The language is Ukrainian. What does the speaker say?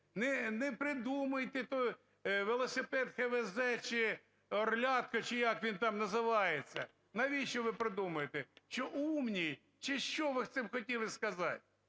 Не придумуйте велосипед "ХВЗ" чи "Орлятко", чи як він там називається, навіщо ви придумуєте? Чи умні, чи що ви цим хотіли сказать?